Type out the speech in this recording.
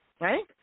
right